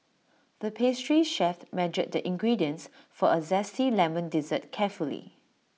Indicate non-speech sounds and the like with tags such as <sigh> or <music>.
the pastry chef <noise> measured the ingredients for A Zesty Lemon Dessert carefully